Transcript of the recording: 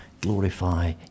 glorify